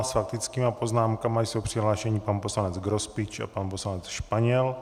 S faktickými poznámkami jsou přihlášeni pan poslanec Grospič a pan poslanec Španěl.